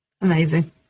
Amazing